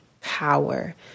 power